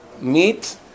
meat